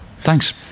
Thanks